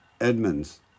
Edmonds